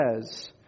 says